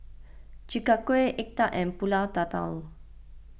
Chi Kak Kuih Egg Tart and Pulut Tatal